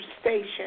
station